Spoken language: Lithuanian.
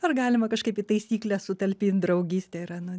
ar galima kažkaip į taisyklę sutalpint draugystė yra nu